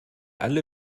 alle